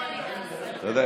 אתה יודע,